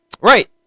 Right